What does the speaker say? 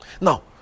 Now